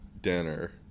dinner